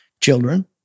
Children